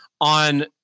On